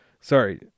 Sorry